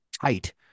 tight